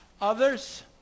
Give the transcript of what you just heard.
Others